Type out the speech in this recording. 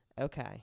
Okay